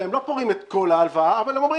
והם לא פורעים את כל ההלוואה אבל מקטינים